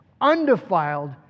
undefiled